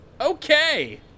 okay